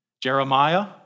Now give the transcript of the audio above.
Jeremiah